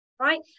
Right